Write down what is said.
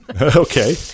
Okay